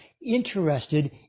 interested